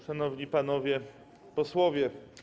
Szanowni Panowie Posłowie!